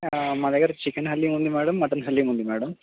మా దగ్గర చికెన్ హలీముంది మేడం మటన్ హలీముంది